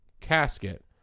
casket